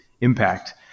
impact